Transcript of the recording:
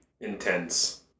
intense